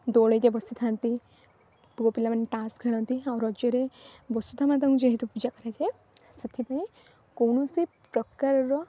ଦୋଳିରେ ବସିଥାନ୍ତି ପୁଅ ପିଲାମାନେ ତାସ୍ ଖେଳନ୍ତି ଆଉ ରଜରେ ବସୁଧା ମାତାଙ୍କୁ ଯେହେତୁ ପୂଜା କରାଯାଏ ସେଥିପାଇଁ କୌଣସି ପ୍ରକାରର